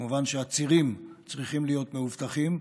כמובן שהצירים צריכים להיות מאובטחים,